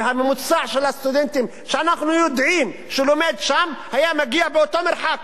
והממוצע של הסטודנטים שאנחנו יודעים שלומדים שם היה מגיע באותו מרחק.